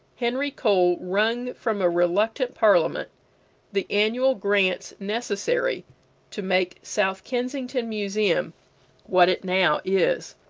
henry cole wrung from a reluctant parliament the annual grants necessary to make south kensington museum what it now is.